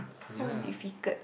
so difficult